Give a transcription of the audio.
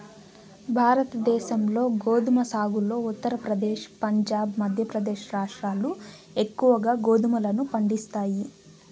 భారతదేశంలో గోధుమ సాగులో ఉత్తరప్రదేశ్, పంజాబ్, మధ్యప్రదేశ్ రాష్ట్రాలు ఎక్కువగా గోధుమలను పండిస్తాయి